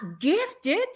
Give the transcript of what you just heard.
gifted